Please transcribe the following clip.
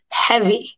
heavy